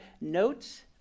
notes